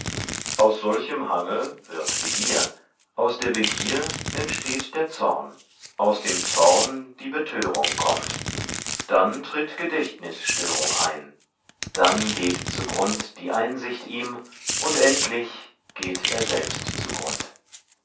aus solchem hange wird begier aus der begier entsteht der zorn aus dem zorn die betörung kommt dann tritt gedächtnisstörung ein dann geht zugrund die einsicht ihm und endlich geht er selbst zugrund